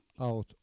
out